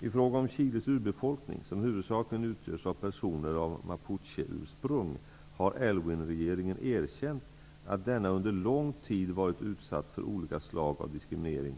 I fråga om Chiles urbefolkning -- som huvudsakligen utgörs av personer av mapucheursprung -- har Aylwinregeringen erkänt att denna under lång tid varit utsatt för olika slag av diskriminering.